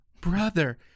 brother